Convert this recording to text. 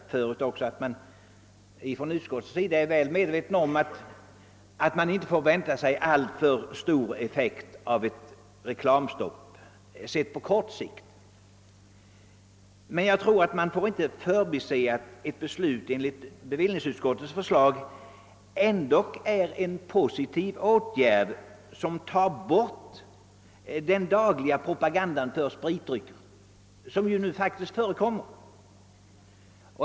Från utskottets sida är man väl medveten om att ett reklamstopp inte kommer att få särskilt stor effekt på kort sikt, men vi får inte förbise att ett beslut enligt utskottets förslag ändå är en positiv åtgärd som tar bort den propaganda för spritdrycker som nu faktiskt dagligen förekommer.